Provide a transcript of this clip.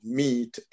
meet